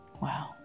wow